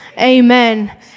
Amen